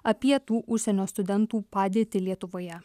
apie tų užsienio studentų padėtį lietuvoje